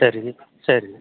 சரிங்க சரிங்க